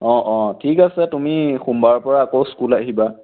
অঁ অঁ ঠিক আছে তুমি সোমবাৰৰ পৰা আকৌ স্কুল আহিবা